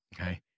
okay